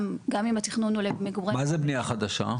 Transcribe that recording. גם אם התכנון הוא למגורי --- מה זה בנייה חדשה?